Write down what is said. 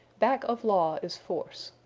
back of law is force.